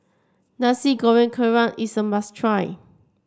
Nasi Goreng Kerang is a must try